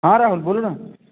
हाँ राहुल बोलो ना